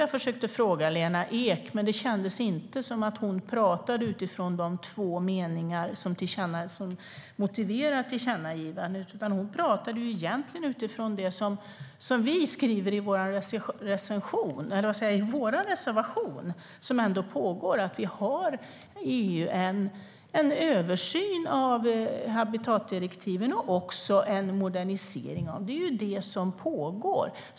Jag försökte fråga Lena Ek, men det kändes inte som att hon talade utifrån de två meningar som motiverade tillkännagivandet, utan hon talade egentligen utifrån det som vi skriver i vår reservation, att det pågår en översyn i EU, och också en modernisering, av habitatdirektiven.